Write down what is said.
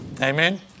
Amen